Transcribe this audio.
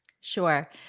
Sure